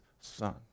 Son